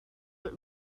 but